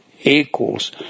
equals